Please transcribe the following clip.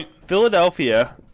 Philadelphia